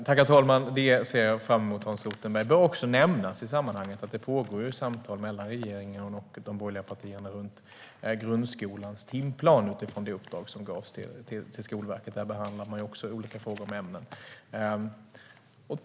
Herr talman! Det ser jag fram emot, Hans Rothenberg. Det bör också nämnas i sammanhanget att det pågår samtal mellan regeringen och de borgerliga partierna om grundskolans timplan utifrån det uppdrag som har givits till Skolverket. Där behandlas också frågor om olika ämnen.